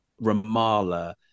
Ramallah